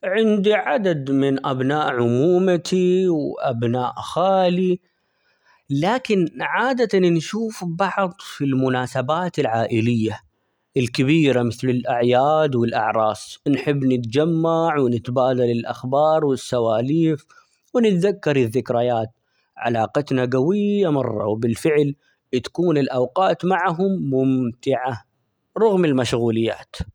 عندي عدد من أبناء عمومتي، وأبناء خالي لكن عادة نشوف بعض في المناسبات العائلية الكبيرة مثل: الأعياد والأعراس ،نحب نتجمع ،ونتبادل الأخبار والسواليف، ونتذكر الذكريات، علاقتنا قوية مرة، وبالفعل تكون الأوقات معهم ممتعة رغم المشغوليات.